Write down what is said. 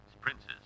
princes